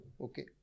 okay